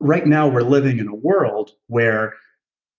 right now we're living in a world where